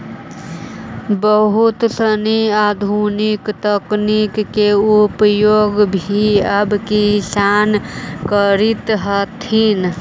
बहुत सनी आधुनिक तकनीक के उपयोग भी अब किसान करित हथिन